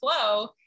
flow